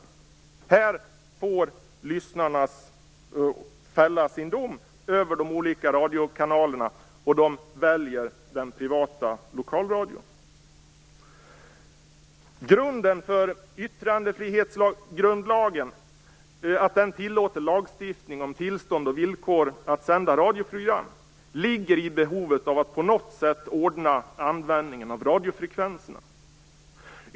Här får lyssnarna fälla sin dom över de olika radiokanalerna och de väljer den privata lokalradion. Grunden för yttrandefrihetsgrundlagen, att den tillåter lagstiftning om tillstånd och villkor att sända radioprogram, ligger i behovet av att på något sätt ordna användningen av radiofrekvenserna.